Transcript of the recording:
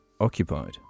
occupied